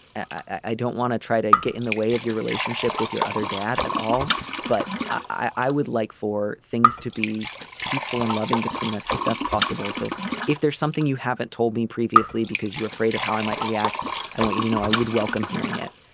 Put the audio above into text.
i don't want to try to get in the way of your relationship with your other dad at all but i would like for things to be peaceful and loving between us if that's possible so if there's something you haven't told me previously because you were afraid of how i might react i want you to know i would welcome hearing it.